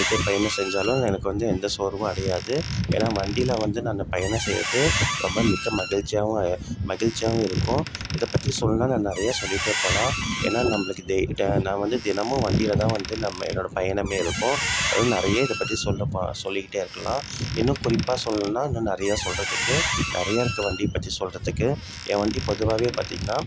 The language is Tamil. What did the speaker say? இதை பயணம் செஞ்சாலும் எனக்கு வந்து எந்த சோர்வும் அடையாது ஏன்னால் வண்டியில் வந்து நாங்கள் பயணம் செய்கிறது ரொம்ப மிக்க மகிழ்ச்சியாவும் மகிழ்ச்சியாவும் இருக்கும் இதைப் பற்றி சொல்லணுன்னா நான் நிறையா சொல்லிகிட்டே போகலாம் ஏன்னால் நம்மளுக்கு வ நான் வந்து தினமும் வண்டியில் தான் வந்து நம்ம என்னோடய பயணமே இருக்கும் அது வந்து நிறைய இதைப் பற்றி சொல்லப் பா சொல்லிக்கிட்டே இருக்கலாம் இன்னும் குறிப்பாக சொல்லணுன்னா இன்னும் நிறையா சொல்கிறதுக்கு நிறையா இருக்குது வண்டியைப் பற்றி சொல்கிறதுக்கு என் வண்டி பொதுவாகவே பார்த்தீங்கன்னா